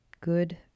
good